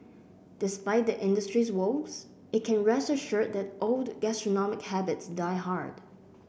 despite the industry's woes it can rest assured that old gastronomic habits die hard